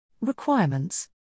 Requirements